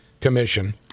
commission